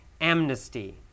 amnesty